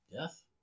Yes